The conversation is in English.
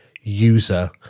user